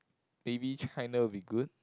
maybe China will be good